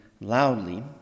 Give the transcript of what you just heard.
loudly